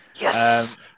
Yes